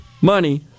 money